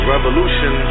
Revolution